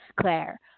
Claire